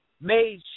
Made